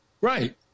Right